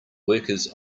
workers